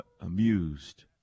amused